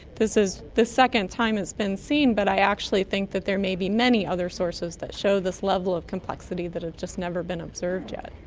this is the second time it's been seen but i actually think that there may be many other sources that show this level of complexity that have just never been observed yet.